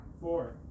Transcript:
Four